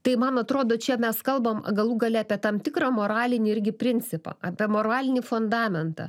tai man atrodo čia mes kalbam galų gale apie tam tikrą moralinį irgi principą apie moralinį fundamentą